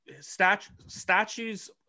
statues